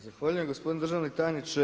Zahvaljujem gospodine državni tajniče.